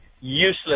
useless